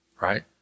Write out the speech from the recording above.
Right